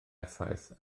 effaith